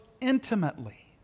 intimately